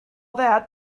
that